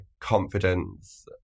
confidence